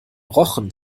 rochen